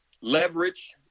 Leverage